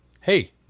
Hey